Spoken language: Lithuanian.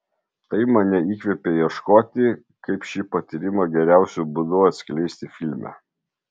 tai mane įkvėpė ieškoti kaip šį patyrimą geriausiu būdu atskleisti filme